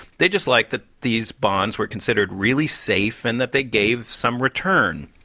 they just like that these bonds were considered really safe and that they gave some return.